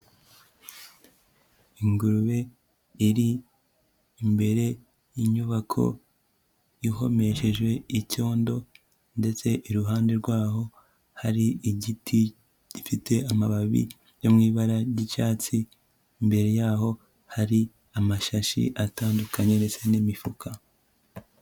Ingurube iri imbere y'inyubako ihomesheje icyondo ndetse iruhande rwaho hari igiti gifite amababi yo mu ibara ry'icyatsi, imbere yaho hari amashashi atandukanye ndetse n'imifuka.